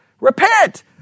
Repent